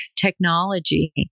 technology